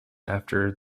after